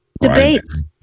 debates